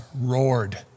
roared